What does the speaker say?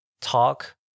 talk